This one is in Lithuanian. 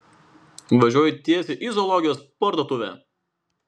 važiuoju tiesiai į zoologijos parduotuvę